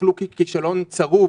שנחלו כישלון צרוף,